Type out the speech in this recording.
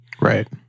Right